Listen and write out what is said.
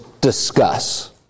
discuss